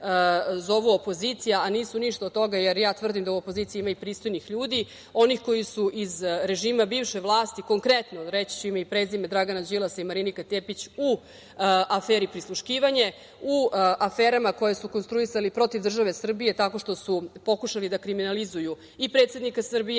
zove opozicija, a nisu ništa od toga, jer ja tvrdim da u opoziciji ima i pristojnih ljudi, onih koji su iz režima bivše vlasti, konkretno reći ću ime i prezime – Dragan Đilas i Marinike Tepić u aferi „prisluškivanje“, u aferama koje su konstruisali protiv države Srbije tako što su pokušali da kriminalizuju i predsednika Srbije